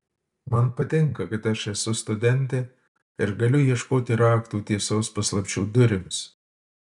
man patinka kad aš esu studentė ir galiu ieškoti raktų tiesos paslapčių durims